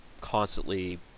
constantly